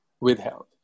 withheld